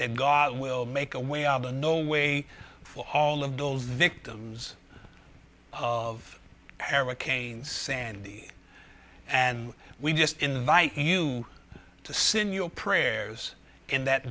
that god will make a way out of the no way for all of those victims of hurricane sandy and we just invite you to send your prayers in that